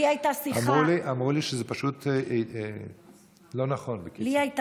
לי הייתה שיחה, אמרו לי שזה פשוט לא נכון, בקיצור.